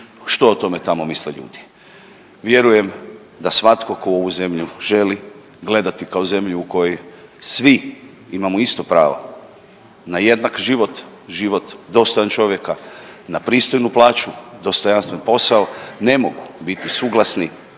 što o tome tamo misle ljudi. Vjerujem da svatko tko ovu zemlju želi gledati kao zemlju u kojoj svi imamo isto pravo na jednak život, život dostojan čovjeka, na pristojnu plaću, dostojanstven posao, ne mogu biti suglasni